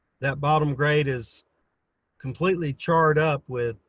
that bottom grate is completely charred up with